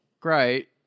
great